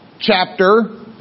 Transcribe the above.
chapter